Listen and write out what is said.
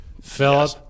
Philip